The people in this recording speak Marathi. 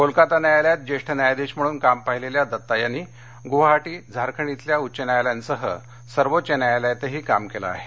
कोलकाता न्यायालयात ज्येष्ठ न्यायाधीश म्हणून काम पाहिलेल्या दत्ता यांनी गुवाहाटी झारखंड इथल्या उच्च न्यायालायांसह सर्वोच्च न्यायालयातही काम केलं आहे